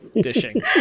dishing